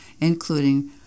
including